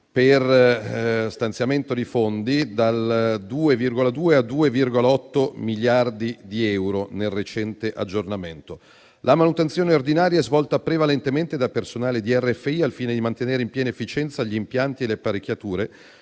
portandoli da 2,2 a 2,8 miliardi di euro nel recente aggiornamento. La manutenzione ordinaria è svolta prevalentemente da personale di RFI al fine di mantenere in piena efficienza gli impianti e le apparecchiature.